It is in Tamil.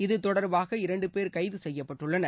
இது தொடர்பாக இரண்டு பேர் கைது செய்யப்பட்டுள்ளனர்